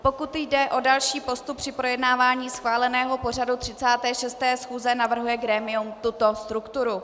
Pokud jde o další postup při projednávání schváleného pořadu 36. schůze, navrhuje grémium tuto strukturu: